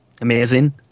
amazing